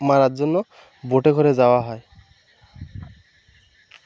মারার জন্য বোটে করে যাওয়া হয়